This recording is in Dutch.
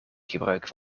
gebruik